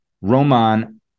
Roman